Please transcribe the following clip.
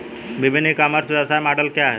विभिन्न e commerce व्यवसाय model क्या हैं?